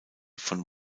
von